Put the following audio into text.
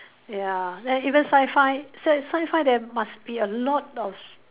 ya than even Sci-Fi sci~ Sci-Fi there must be a lot of